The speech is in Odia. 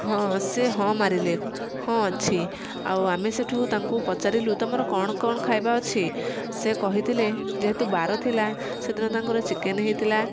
ହଁ ସେ ହଁ ମାରିଲେ ହଁ ଅଛି ଆଉ ଆମେ ସେଠୁ ଆମେ ତାଙ୍କୁ ପଚାରିଲୁ ତମର କ'ଣ କ'ଣ ଖାଇବା ଅଛି ସେ କହିଥିଲେ ଯେହେତୁ ବାର ଥିଲା ସେଦିନ ତାଙ୍କର ଚିକେନ୍ ହେଇଥିଲା